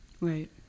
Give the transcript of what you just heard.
Right